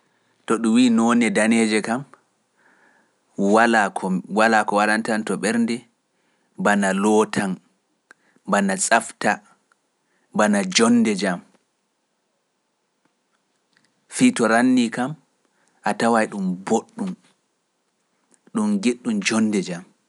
To ɗum wii noon e daneeje kam, walaa ko waɗanta to ɓernde bana lootan, bana safta, bana jonde jam, fii to ranni kam a tawa e ɗum boɗɗum, ɗum geɗu ɗum jonde jam.